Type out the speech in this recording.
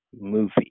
movie